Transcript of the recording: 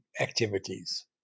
activities